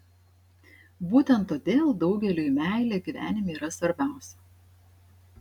būtent todėl daugeliui meilė gyvenime yra svarbiausia